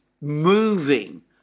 moving